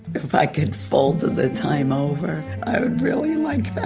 if i could fold the time over, i would really like that